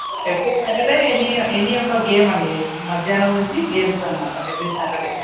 every Saturday any any ఒక game అండి మధ్యాహ్నం నుంచి గేమ్స్ అనమాట ఎవ్రీ సాటర్డే